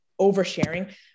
oversharing